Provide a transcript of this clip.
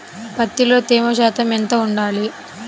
పత్తిలో తేమ శాతం ఎంత ఉండాలి?